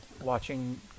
watching